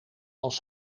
als